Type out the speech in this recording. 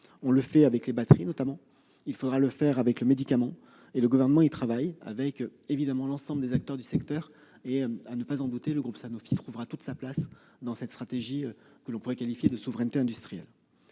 notamment pour les batteries ; nous devrons le faire pour le médicament. Le Gouvernement y travaille avec l'ensemble des acteurs du secteur. À n'en pas en douter, le groupe Sanofi trouvera toute sa place dans cette stratégie que l'on pourrait qualifier de souveraineté industrielle.